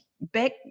back